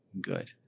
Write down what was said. good